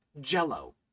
jello